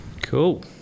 Cool